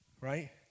right